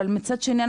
אבל מצד שני,